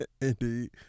Indeed